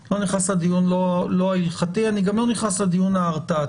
אני לא נכנס לדיון ההלכתי ואני גם לא נכנס לדיון ההרתעתי,